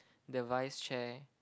the vice chair